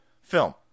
film